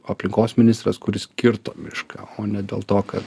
aplinkos ministras kuris kirto mišką o ne dėl to kad